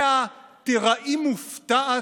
מה"תיראי מופתעת"